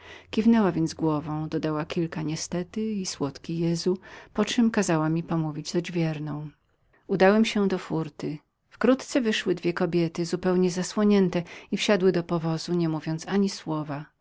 kiwnęła więc głową dodała kilka niestety i słodki jezu poczem poszła pomówić z odźwierną udałem się do fórty wkrótce wyszły dwie kobiety zupełnie zasłonięte i wsiadły do powozu nie mówiąc ani słowa